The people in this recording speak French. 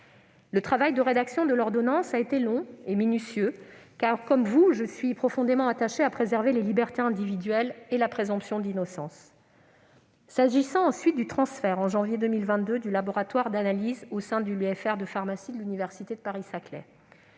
Le travail de rédaction de l'ordonnance a été long et minutieux, car, comme vous, je suis profondément attachée à préserver les libertés individuelles et la présomption d'innocence. Quant au transfert, en janvier 2022, du laboratoire d'analyse au sein de l'UFR (unité de formation